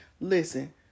listen